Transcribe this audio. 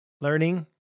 learning